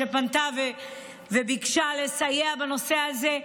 שפנתה וביקשה לסייע בנושא הזה.